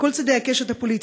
מכל צדי הקשת הפוליטית,